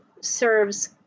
serves